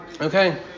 Okay